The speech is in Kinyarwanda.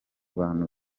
bantu